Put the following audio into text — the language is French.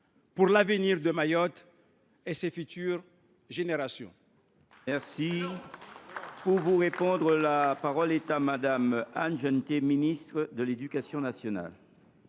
pour l’avenir de Mayotte et de ses générations